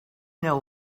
know